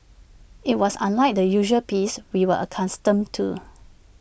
IT was unlike the usual peace we were accustomed to